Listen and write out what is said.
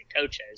coaches